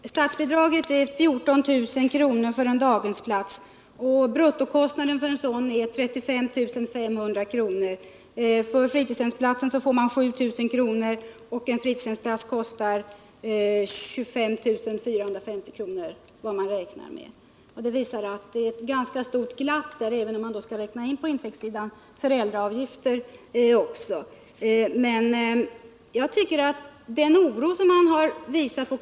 Herr talman! Statsbidraget är 14 000 kr. för en daghemsplats och bruttokostnaden för en sådan plats är 35 500 kr. För fritidshemsplatsen får man 7000 kr. och en fritidshemsplats kostar 25 450 kr. Detta visar att det är ett ganska stort glapp, även om man på intäktssidan också skall räkna in föräldraavgifter. Jag tycker att man måste ta Kommunförbundets oro på allvar.